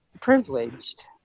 privileged